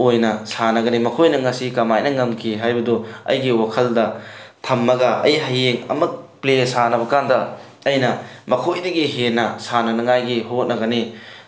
ꯑꯣꯏꯅ ꯁꯥꯟꯅꯒꯅꯤ ꯃꯈꯣꯏꯅ ꯉꯁꯤ ꯀꯃꯥꯏꯅ ꯉꯝꯈꯤ ꯍꯥꯏꯕꯗꯨ ꯑꯩꯒꯤ ꯋꯥꯈꯜꯗ ꯊꯝꯃꯒ ꯑꯩ ꯍꯌꯦꯡ ꯑꯃꯨꯛ ꯄ꯭ꯂꯦ ꯁꯥꯟꯅꯕꯀꯥꯟꯕꯗ ꯑꯩꯅ ꯃꯈꯣꯏꯗꯒꯤ ꯍꯦꯟꯅ ꯁꯥꯟꯅꯅꯉꯥꯏꯒꯤ ꯍꯣꯠꯅꯒꯅꯤ